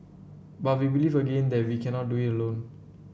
but we believe again that we cannot do it alone